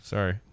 Sorry